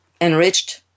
enriched